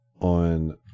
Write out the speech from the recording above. on